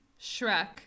Shrek